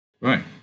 right